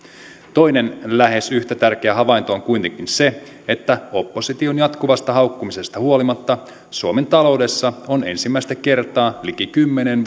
toinen lähes yhtä tärkeä havainto on kuitenkin se että opposition jatkuvasta haukkumisesta huolimatta suomen taloudessa on ensimmäistä kertaa liki kymmeneen